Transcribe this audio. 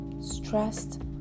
stressed